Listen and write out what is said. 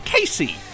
Casey